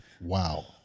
Wow